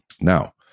Now